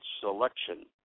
selection